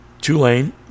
Tulane